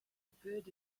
appeared